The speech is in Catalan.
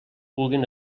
puguen